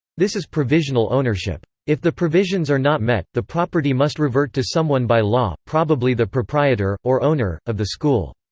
this is provisional ownership. if the provisions are not met, the property must revert to someone by law, probably the proprietor, or owner, of the school.